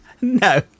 No